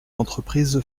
entreprises